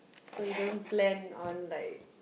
so you don't plan on like